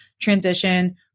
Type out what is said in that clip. transition